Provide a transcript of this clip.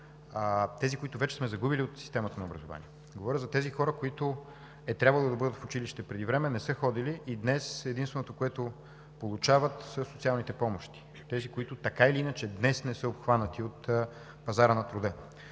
тези, които вече сме загубили от системата на образованието, говоря за тези, които е трябвало да бъдат в училище преди време, не са ходили и днес единственото, което получават, са социалните помощи. Тези, които, така или иначе, днес не са обхванати от пазара на труда.